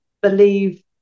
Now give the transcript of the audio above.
believe